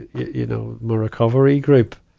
you know, my recovery group,